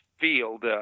field